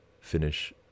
finish